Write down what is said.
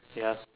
ya